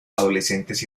adolescentes